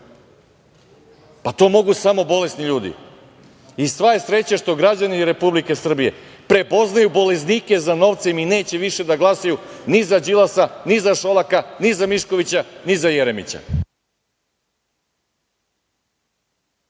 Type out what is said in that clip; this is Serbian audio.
Pa, to mogu samo bolesni ljudi. Sva je sreća što građani Republike Srbije prepoznaju bolesnike za novcem i neće više da glasaju ni za Đilasa, ni Šolaka, ni za Miškovića, ni za Jeremića.